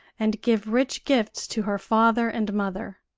and give rich gifts to her father and mother.